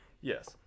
Yes